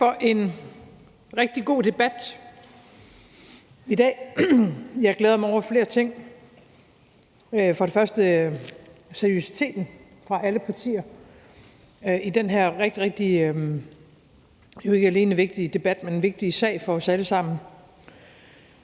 Tak for en rigtig god debat i dag. Jeg har glædet mig over flere ting. For det første er der seriøsiteten fra alle partier i den her rigtig, rigtig jo ikke alene vigtige debat, men vigtige sag for os alle sammen.